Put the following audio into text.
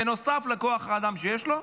בנוסף לכוח האדם שיש לו,